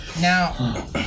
Now